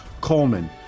Coleman